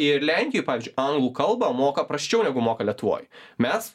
ir lenkijoj pavyzdžiui anglų kalbą moka prasčiau negu moka lietuvoj mes